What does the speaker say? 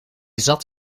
zat